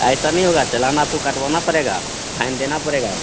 ऐसा नहीं होगा चालान आपको कटवाना पड़ेगा फ़ाइन देना पड़ेगा